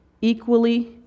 equally